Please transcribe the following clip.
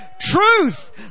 truth